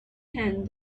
hand